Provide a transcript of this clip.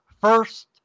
first